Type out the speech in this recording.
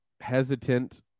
hesitant